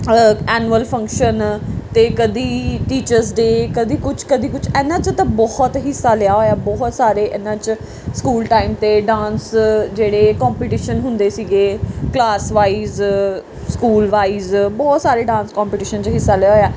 annual function 'ਤੇ ਕਦੀ teachers day ਕਦੀ ਕੁਛ ਕਦੀ ਕੁਛ ਇਹਨਾਂ 'ਚੋਂ ਤਾਂ ਬਹੁਤ ਹਿੱਸਾ ਲਿਆ ਹੋਇਆ ਬਹੁਤ ਸਾਰੇ ਇਹਨਾਂ 'ਚ ਸਕੂਲ ਟਾਈਮ 'ਤੇ ਡਾਂਸ ਜਿਹੜੇ ਕੋਂਪੀਟੀਸ਼ਨ ਹੁੰਦੇ ਸੀਗੇ ਕਲਾਸ ਵਾਈਜ ਸਕੂਲ ਵਾਈਜ ਬਹੁਤ ਸਾਰੇ ਡਾਂਸ ਕੋਂਪੀਟੀਸ਼ਨ 'ਚ ਹਿੱਸਾ ਲਿਆ ਹੋਇਆ